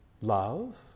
love